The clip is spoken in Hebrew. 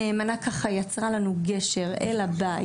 הנאמנה ככה יצרה לנו גשר אל הבית,